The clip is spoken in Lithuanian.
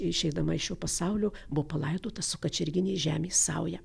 išeidama iš šio pasaulio buvo palaidota su kačerginės žemės sauja